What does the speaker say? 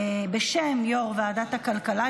בשם יושב-ראש ועדת הכלכלה,